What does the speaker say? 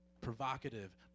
provocative